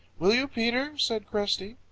will you, peter? said cresty.